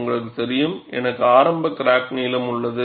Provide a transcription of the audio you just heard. உங்களுக்குத் தெரியும் எனக்கு ஆரம்ப கிராக் நீளம் உள்ளது